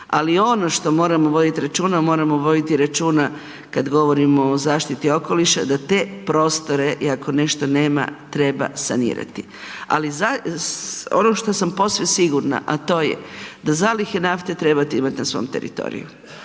Ali ono što moramo voditi računa, moramo voditi računa kada govorimo o zaštiti okoliša da te prostore i ako nešto nema treba sanirati. Ali on što sam posve sigurna a to je da zalihe nafte trebate imati na svom teritoriju.